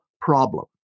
problem